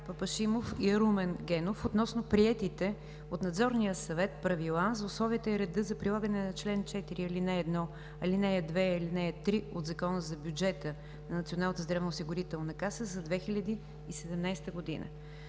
Папашимов и Румен Генов относно приетите от Надзорния съвет правила за условията и реда за прилагане на чл. 4, ал. 1, ал. 2 и ал. 3 от Закона за бюджета на Националната здравноосигурителна каса за 2017 г.